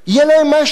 יהיה להם משהו,